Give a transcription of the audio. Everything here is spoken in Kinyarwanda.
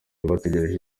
bategereje